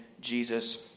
Jesus